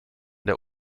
der